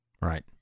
Right